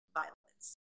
violence